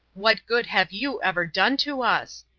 what good have you ever done to us?